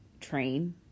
train